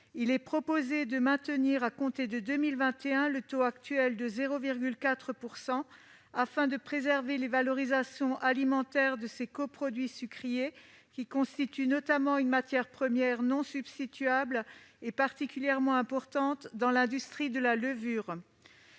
Il est proposé de maintenir, à compter de 2021, le taux actuel de 0,4 %, afin de préserver les valorisations alimentaires de ces coproduits sucriers, lesquels constituent une matière première non substituable et particulièrement importante dans l'industrie de la levure.